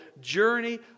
journey